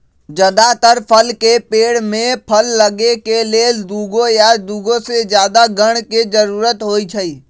जदातर फल के पेड़ में फल लगे के लेल दुगो या दुगो से जादा गण के जरूरत होई छई